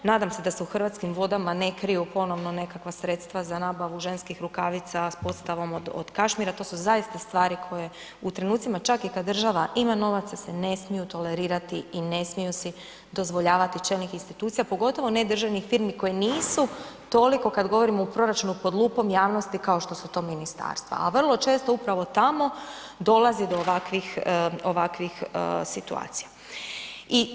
Nadam se da se u Hrvatskim vodama ne kriju ponovno nekakva sredstva za nabavu ženskih rukavica s podstavom od kašmira, to su zaista stvari koje u trenutcima kad država ima novaca se ne smiju tolerirati i ne smiju si dozvoljavati čelnici institucija pogotovo ne državnih firmi koji nisu toliko kad govorimo o proračunu pod lupom javnosti kao što su to ministarstva, a vrlo često upravo tamo dolazi do ovakvih, ovakvih situacija.